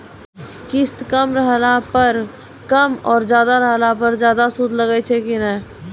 किस्त कम रहला पर कम और ज्यादा रहला पर ज्यादा सूद लागै छै कि नैय?